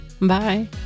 Bye